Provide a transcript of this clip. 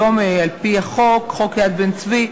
היום, על-פי החוק, חוק יד יצחק בן-צבי,